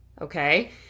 Okay